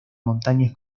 montañas